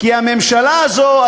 כי הממשלה הזו,